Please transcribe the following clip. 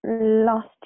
Last